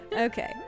Okay